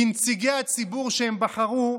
כנציגי הציבור שהם בחרו,